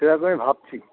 সেরকমই ভাবছি